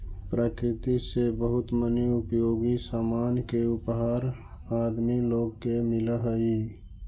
प्रकृति से बहुत मनी उपयोगी सामान के उपहार आदमी लोग के मिलऽ हई